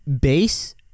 base